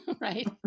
right